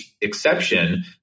exception